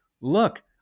look